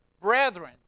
Brethren